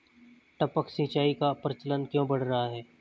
टपक सिंचाई का प्रचलन क्यों बढ़ रहा है?